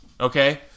Okay